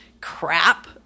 crap